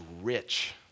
rich